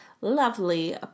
lovely